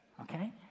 Okay